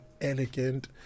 elegant